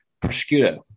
prosciutto